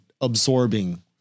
absorbing